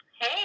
Hey